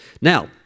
Now